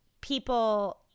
people